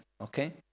okay